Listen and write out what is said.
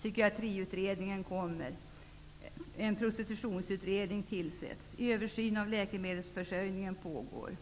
Psykiatriutredningens förslag kommer, en prostitutionsutredning tillsätts, en översyn av läkemedelsförsörjningen pågår,